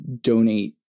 donate